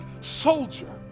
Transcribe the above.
soldier